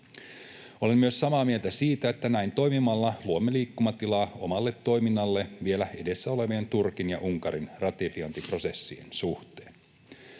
Olen myös samaa mieltä siitä, että näin toimimalla luomme liikkumatilaa omalle toiminnallemme vielä edessä olevien Turkin ja Unkarin ratifiointiprosessien suhteen.